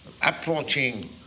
Approaching